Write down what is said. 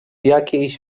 jakiejś